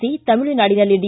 C ತಮಿಳುನಾಡಿನಲ್ಲಿ D